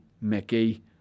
Mickey